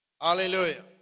Hallelujah